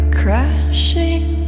crashing